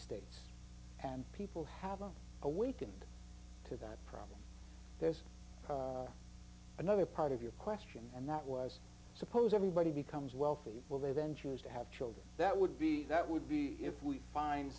states and people have them awakened to that problem there's another part of your question and that was suppose everybody becomes wealthy will they then choose to have children that would be that would be if we find